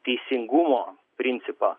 teisingumo principą